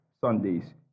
Sundays